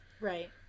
Right